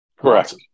Correct